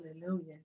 Hallelujah